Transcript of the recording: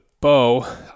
bow